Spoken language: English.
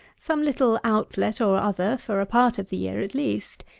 some little out-let or other, for a part of the year, at least.